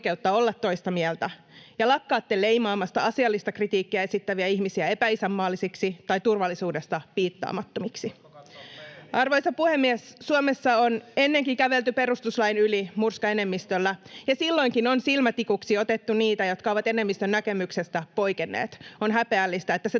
olla toista mieltä ja lakkaatte leimaamasta asiallista kritiikkiä esittäviä epäisänmaallisiksi tai turvallisuudesta piittaamattomiksi. [Sheikki Laakso: Voisiko katsoa peiliin?] Arvoisa puhemies! Suomessa on ennenkin kävelty perustuslain yli murskaenemmistöllä, ja silloinkin on silmätikuksi otettu niitä, jotka ovat enemmistön näkemyksestä poikenneet. On häpeällistä, että se